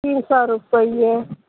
तीन सओ रुपैए